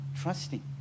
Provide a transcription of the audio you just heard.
trusting